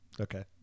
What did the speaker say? okay